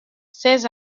ces